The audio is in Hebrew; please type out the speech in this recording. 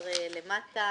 בעיה.